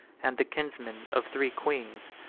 and the kinsmen of three queens,